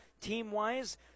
team-wise